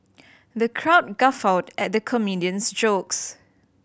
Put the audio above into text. the crowd guffawed at the comedian's jokes